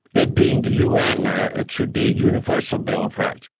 it being the un, ah it should be a universal bill of rights.